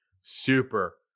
super